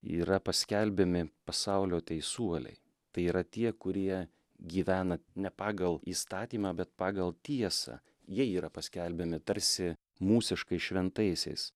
yra paskelbiami pasaulio teisuoliai tai yra tie kurie gyvena ne pagal įstatymą bet pagal tiesą jie yra paskelbiami tarsi mūsiškai šventaisiais